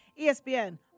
ESPN